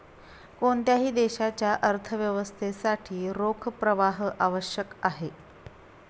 कोणत्याही देशाच्या अर्थव्यवस्थेसाठी रोख प्रवाह आवश्यक आहे